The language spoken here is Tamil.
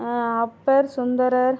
அப்பர் சுந்தரர்